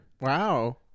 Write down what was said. Wow